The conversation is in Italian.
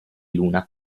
luna